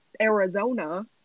Arizona